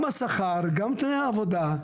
גם השכר, גם תנאי העבודה.